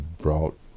brought